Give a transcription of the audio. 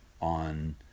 on